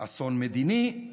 אסון מדיני.